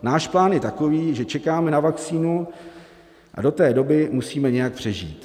Náš plán je takový, že čekáme na vakcínu, a do té doby musíme nějak přežít.